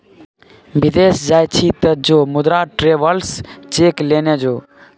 विदेश जाय छी तँ जो मुदा ट्रैवेलर्स चेक लेने जो